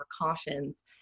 precautions